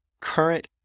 current